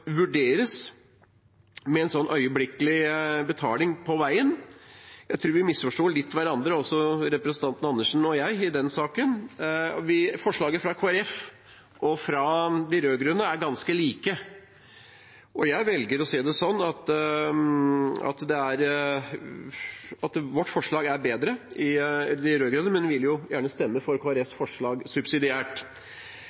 vurderes – jeg tror vi, representanten Karin Andersen og jeg, misforsto hverandre litt i den saken. Forslagene fra Kristelig Folkeparti og fra de rød-grønne er ganske like, og jeg velger å se det sånn at vårt – de rød-grønnes – forslag er bedre, men vi vil gjerne stemme for